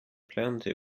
plenty